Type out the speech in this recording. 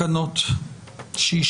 תקנות של חברת המכרזים,